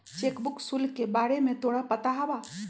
Cheque book शुल्क के बारे में तोरा पता हवा?